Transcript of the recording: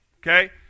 okay